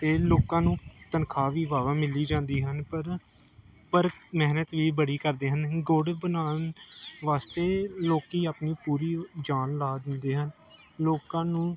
ਇਹ ਲੋਕਾਂ ਨੂੰ ਤਨਖਾਹ ਵੀ ਵਾਹਵਾ ਮਿਲੀ ਜਾਂਦੀ ਹਨ ਪਰ ਪਰ ਮਿਹਨਤ ਲਈ ਬੜੀ ਕਰਦੇ ਹਨ ਗੁੜ ਬਣਾਉਣ ਵਾਸਤੇ ਲੋਕ ਆਪਣੀ ਪੂਰੀ ਜਾਨ ਲਾ ਦਿੰਦੇ ਹਨ ਲੋਕਾਂ ਨੂੰ